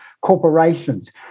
corporations